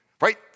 right